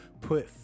put